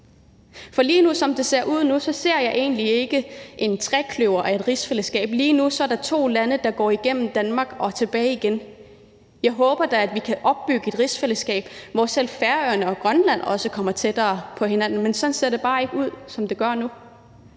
For som det ser ud lige nu, ser jeg egentlig ikke et trekløver af et rigsfællesskab; for lige nu er der to lande, der går igennem Danmark og tilbage igen. Jeg håber da, at vi kan opbygge et rigsfællesskab, hvor selv Færøerne og Grønland også kommer tættere på hinanden, men sådan ser det bare ikke ud, som tingene er nu.